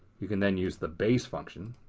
you can then use the base function.